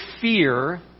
fear